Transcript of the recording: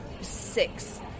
six